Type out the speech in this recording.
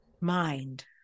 Mind